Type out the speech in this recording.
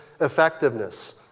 effectiveness